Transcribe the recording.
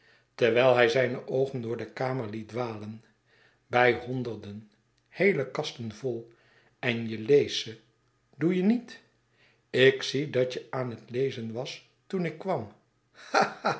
terwijl hij zijne oogen door de kamer liet dwalen bij honderden heele kasten vol en je leest ze doe je niet ik zie dat je aan het lezen was toen ikkwam